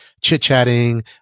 chit-chatting